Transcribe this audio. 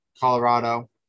colorado